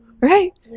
Right